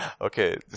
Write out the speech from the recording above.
Okay